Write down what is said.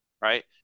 right